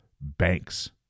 banks